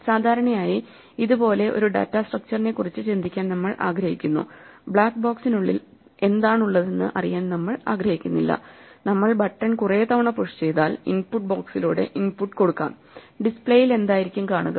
സാധാരണയായി ഇത് പോലെ ഒരു ഡാറ്റാ സ്ട്രക്ച്ചറിനെക്കുറിച്ച് ചിന്തിക്കാൻ നമ്മൾ ആഗ്രഹിക്കുന്നു ബ്ലാക്ക് ബോക്സിനുള്ളിൽ എന്താണുള്ളതെന്ന് അറിയാൻ നമ്മൾ ആഗ്രഹിക്കുന്നില്ല നമ്മൾ ബട്ടൺ കുറെ തവണ പുഷ് ചെയ്താൽ ഇൻപുട്ട് ബോക്സിലൂടെ ഇൻപുട്ട് കൊടുക്കാം ഡിസ്പ്ലേയിൽ എന്തായിരിക്കും കാണുക